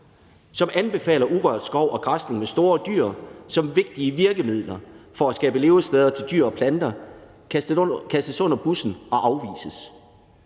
som anbefaler urørt skov og græsning med store dyr som vigtige virkemidler for at skabe levesteder til dyr og planter, kastes under bussen og afvises.